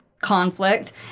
conflict